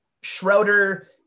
Schroeder